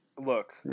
Look